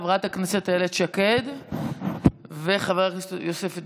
חברת הכנסת איילת שקד וחבר הכנסת יוסף ג'בארין.